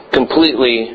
completely